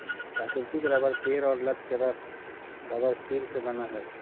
प्राकृतिक रबर पेड़ और लत के रस रबरक्षीर से बनय हइ